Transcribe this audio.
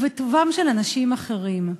ובטובם של אנשים אחרים.